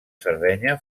sardenya